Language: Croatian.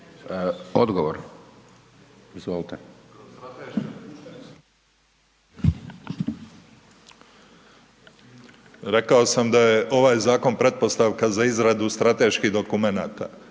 Rekao sam da je ovaj zakon pretpostavka za izradu strateških dokumenata,